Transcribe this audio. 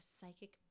psychic